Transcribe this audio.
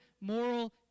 moral